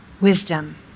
wisdom